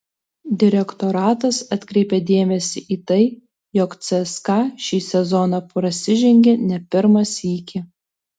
direktoratas atkreipė dėmesį į tai jog cska šį sezoną prasižengė ne pirmą sykį